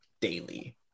daily